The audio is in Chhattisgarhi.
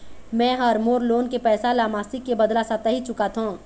में ह मोर लोन के पैसा ला मासिक के बदला साप्ताहिक चुकाथों